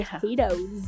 potatoes